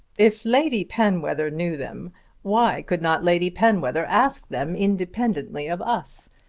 if lady penwether knew them why could not lady penwether ask them independently of us?